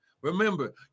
Remember